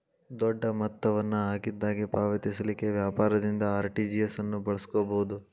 ದೊಡ್ಡ ಮೊತ್ತ ವನ್ನ ಆಗಿಂದಾಗ ಪಾವತಿಸಲಿಕ್ಕೆ ವ್ಯಾಪಾರದಿಂದ ಆರ್.ಟಿ.ಜಿ.ಎಸ್ ಅನ್ನು ಬಳಸ್ಕೊಬೊದು